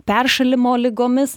peršalimo ligomis